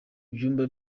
byumba